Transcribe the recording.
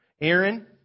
Aaron